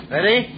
Ready